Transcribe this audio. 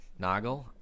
Noggle